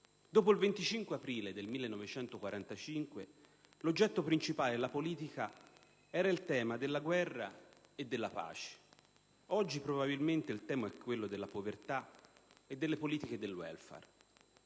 Dopo il 25 aprile 1945 l'oggetto principale della politica era il tema della guerra e della pace mentre oggi probabilmente è quello della povertà e delle politiche del *welfare*.